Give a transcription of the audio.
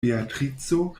beatrico